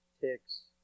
ticks